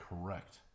correct